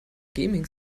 gaming